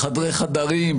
בחדרי חדרים,